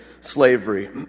slavery